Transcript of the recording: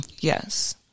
Yes